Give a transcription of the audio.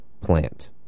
plant